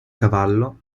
cavallo